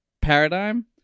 Paradigm